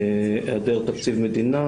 היעדר תקציב מדינה